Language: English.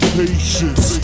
patience